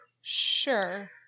Sure